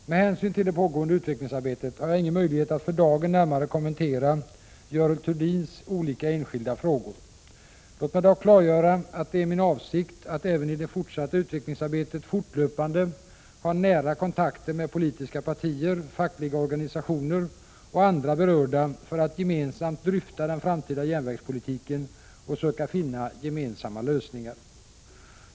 Med hänsyn till det pågående utvecklingsarbetet har jag ingen möjlighet att för dagen närmare kommentera Görel Thurdins olika enskilda frågor. Låt mig dock klargöra att det är min avsikt att även i det fortsatta utvecklingsarbetet fortlöpande ha nära kontakter med politiska partier, fackliga organisationer och andra berörda för att gemensamt dryfta den framtida järnvägspolitiken och söka finna gemensamma lösningar.